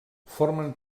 formen